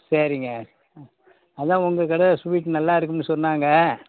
சரிங்க அதான் உங்கள் கடை ஸ்வீட் நல்லா இருக்கும்னு சொன்னாங்க